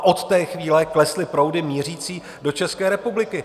Od té chvíle klesly proudy mířící do České republiky.